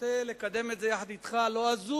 רוצה לקדם את זה יחד אתך, לא אזוז